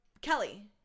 Kelly